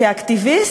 כאקטיביסט,